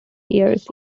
years